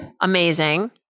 Amazing